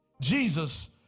Jesus